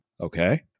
okay